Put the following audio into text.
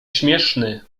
śmieszny